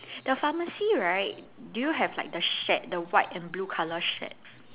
the pharmacy right do you have like the shed the white and blue color shed